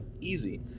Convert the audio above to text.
Easy